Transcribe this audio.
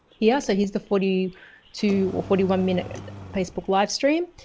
yeah, so here's the forty two or forty one minute facebook livestream.